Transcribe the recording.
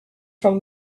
from